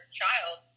child